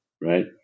right